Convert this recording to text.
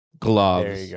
gloves